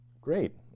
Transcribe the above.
great